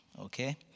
okay